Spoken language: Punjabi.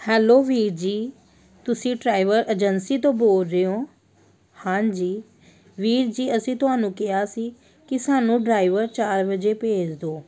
ਹੈਲੋ ਵੀਰ ਜੀ ਤੁਸੀਂ ਟਰਾਈਵਰ ਏਜੰਸੀ ਤੋਂ ਬੋਲ ਰਹੇ ਹੋ ਹਾਂਜੀ ਵੀਰ ਜੀ ਅਸੀਂ ਤੁਹਾਨੂੰ ਕਿਹਾ ਸੀ ਕੀ ਸਾਨੂੰ ਡਰਾਈਵਰ ਚਾਰ ਵਜੇ ਭੇਜ ਦਿਓ